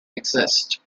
exist